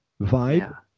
vibe